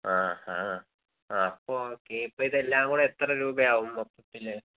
ആ ഹാ ആ അപ്പം ഓക്കേ ഇപ്പം ഇതെല്ലാം കൂടെ എത്ര രൂപയാവും മൊത്തത്തിൽ